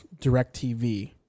DirecTV